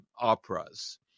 operas